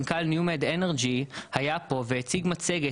מנכ"ל ניו-מד אנרג'י היה פה והציג מצגת